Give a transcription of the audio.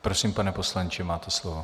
Prosím, pane poslanče, máte slovo.